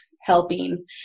helping